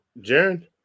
Jaron